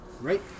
right